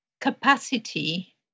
capacity